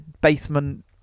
basement